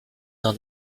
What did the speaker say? not